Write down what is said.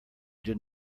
did